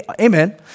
Amen